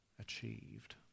achieved